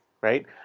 right